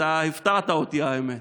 אתה הפתעת אותי, האמת.